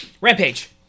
Rampage